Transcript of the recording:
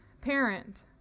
parent